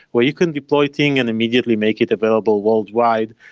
where you can deploy a thing and immediately make it available worldwide.